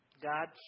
God